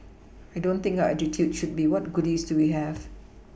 I don't think our attitude should be what goodies do we have